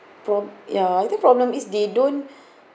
from ya I think problem is they don't